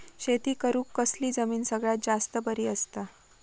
शेती करुक कसली जमीन सगळ्यात जास्त बरी असता?